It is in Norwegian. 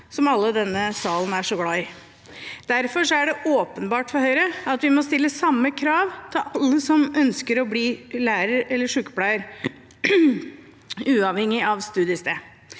som alle i denne salen er så glad i. Derfor er det åpenbart for Høyre at vi må stille samme krav til alle som ønsker å bli lærer eller sykepleier, uavhengig av studiested.